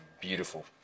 beautiful